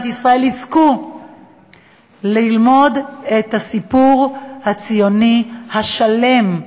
ישראל יזכו ללמוד את הסיפור הציוני השלם,